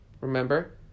remember